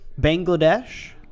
Bangladesh